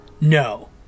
no